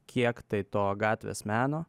kiek tai to gatvės meno